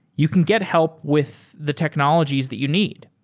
you can get help with the technologies that you need.